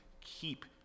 keep